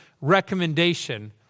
recommendation